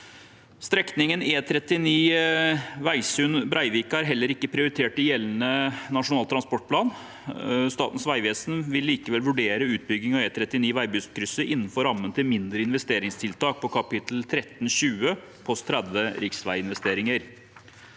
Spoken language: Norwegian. Strekningen E39 Vegsund–Breivika er heller ikke prioritert i gjeldende nasjonal transportplan. Statens vegvesen vil likevel vurdere utbyggingen av E39 Veibustkrysset innenfor rammen til mindre investeringstiltak på kapittel 1320, post 30, Riksveiinvesteringer.